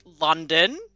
London